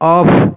off